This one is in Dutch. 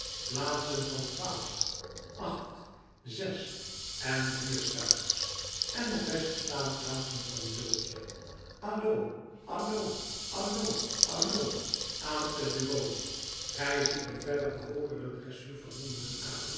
plaatsen van twaalf acht zes en vier stuivers en nog beste staanplaatsen van een dubbeltje allo allo allo allo aan t bureau gij ziet hier verder de hoogere dressuur van honden en